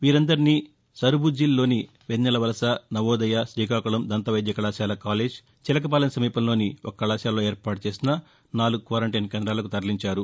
వీరందరినీ సరుబుజ్జిలిలోని వెన్నెల వలస నవోదయ తీకాకుళం దంత వైద్య కళాశాల కాలేజ్ చిలకపాలెం సమీపంలోని ఒక కళాశాలలో ఏర్పాటు చేసిన నాలుగు క్వారంటైన్ కేందాలకు తరలించారు